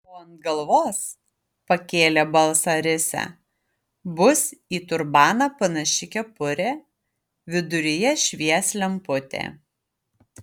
o ant galvos pakėlė balsą risia bus į turbaną panaši kepurė viduryje švies lemputė